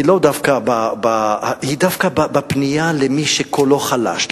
דווקא בפנייה למי שקולו חלש,